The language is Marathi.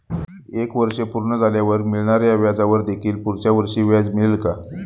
एक वर्ष पूर्ण झाल्यावर मिळणाऱ्या व्याजावर देखील पुढच्या वर्षी व्याज मिळेल का?